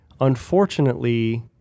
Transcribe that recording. unfortunately